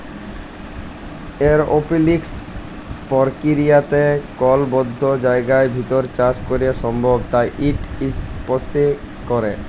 এরওপলিক্স পর্কিরিয়াতে কল বদ্ধ জায়গার ভিতর চাষ ক্যরা সম্ভব তাই ইট ইসপেসে ক্যরে